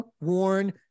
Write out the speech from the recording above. worn